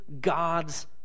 God's